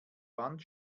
wand